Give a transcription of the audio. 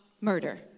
murder